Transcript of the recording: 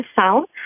sound